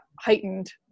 heightened